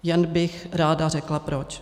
Jen bych ráda řekla proč.